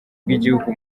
bw’igihugu